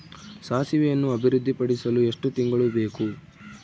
ಸಾಸಿವೆಯನ್ನು ಅಭಿವೃದ್ಧಿಪಡಿಸಲು ಎಷ್ಟು ತಿಂಗಳು ಬೇಕು?